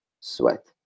sweat